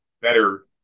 better